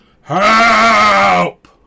Help